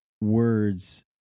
words